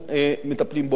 בדקה וחצי, בבקשה.